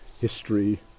history